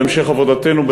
בהמשך עבודתנו,